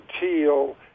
teal